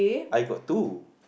I got two